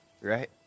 right